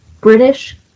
British